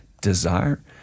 desire